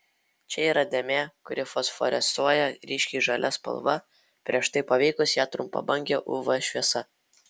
čia yra dėmė kuri fosforescuoja ryškiai žalia spalva prieš tai paveikus ją trumpabange uv šviesa